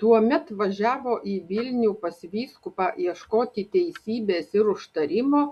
tuomet važiavo į vilnių pas vyskupą ieškoti teisybės ir užtarimo